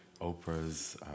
Oprah's